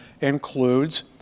includes